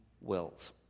Wills